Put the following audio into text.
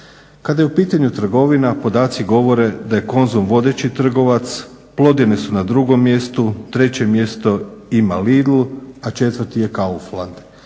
Kada je u pitanju trgovina podaci govore da je Konzum vodeći trgovac, Plodine su na drugom mjestu, treće mjesto ima Lidl, a četvrti je Kaufland.